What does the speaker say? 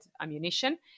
ammunition